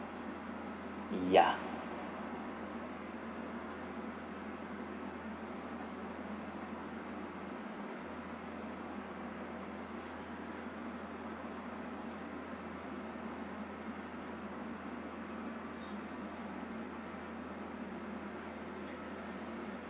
yeah